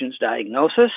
diagnosis